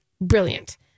brilliant